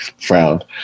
frowned